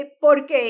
porque